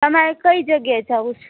તમારે કઈ જગ્યા એ જવું છે